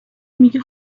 میگی